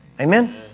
Amen